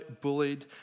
bullied